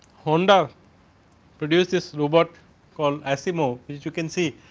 honda produce this robot call asimo is you can see,